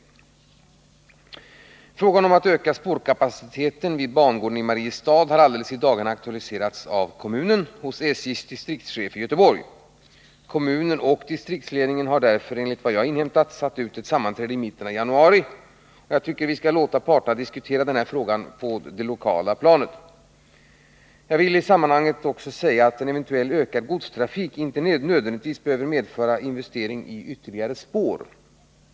Om persontrafiken på järnvägslinjen Gårdsjö-Håkan Frågan om att öka spårkapaciteten vid bangården i Mariestad har alldeles i torp dagarna aktualiserats av Mariestads kommun hos SJ:s distriktschef i Göteborg. Kommunen och distriktsledningen har därför enligt vad jag inhämtat satt ut ett sammanträde i mitten av januari. Jag tycker vi skall låta parterna diskutera den här frågan på det lokala planet. I sammanhanget vill jag emellertid säga att en eventuell ökad godstrafik inte nödvändigtvis behöver medföra investering i ytterligare spår.